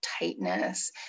tightness